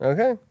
Okay